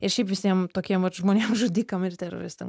ir šiaip visiem tokiem vat žmonėm žudikam ir teroristam